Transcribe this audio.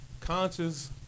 conscious